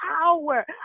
power